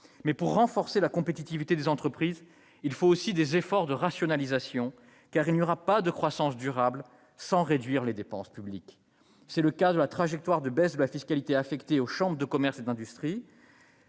pour renforcer la compétitivité des entreprises, il faut aussi des efforts de rationalisation, car il n'y aura pas de croissance durable sans réduction des dépenses publiques. C'est le sens de la trajectoire de baisse de la fiscalité affectée aux chambres de commerce et d'industrie.